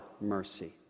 mercy